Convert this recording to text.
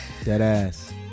Deadass